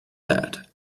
that